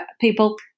people